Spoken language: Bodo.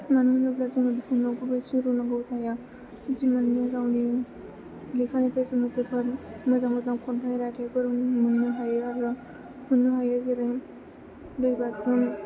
मानो होनोब्ला जोङो बेखौनो गुबै सिरननांगौ जाया बिमानि रावनि लेखानिफ्राय जोङो जोबोद मोजां मोजां खन्थाइ रायथाइफोर मोननो हायो आरो मोननो हायो जेरै दै बाज्रुम